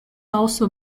also